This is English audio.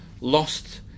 lost